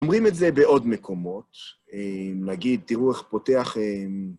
אומרים את זה בעוד מקומות, נגיד, תראו איך פותח...